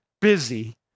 busy